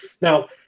Now